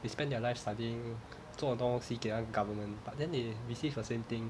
they spent their life studying 做东西给 government but then they receive the same thing